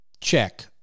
check